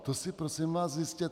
To si prosím vás zjistěte.